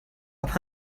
aber